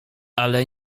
ale